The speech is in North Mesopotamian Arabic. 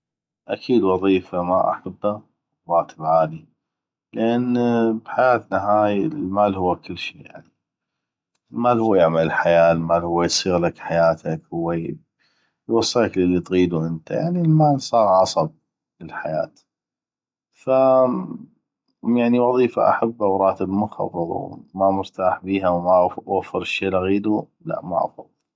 اكيد وظيفة ما احبه وبراتب عالي لان بحياتنا هاي المال هو كلشي المال هو يعمل الحياة المال هو يصيغلك حياتك هويوصلك للي تغيدو انته المال صاغ عصب للحياة ف يعني وظيفة احبه وراتب منخفض ومامرتاح بيها وما اوفر الشي اللي اغيدو ما افضل